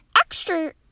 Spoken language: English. extra